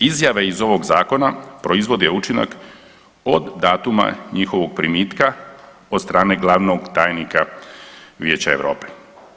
Izjave iz ovog Zakona proizvode učinak od datuma njihovog primitka od strane glavnog tajnika Vijeća Europe.